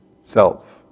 self